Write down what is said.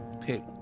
pick